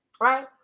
right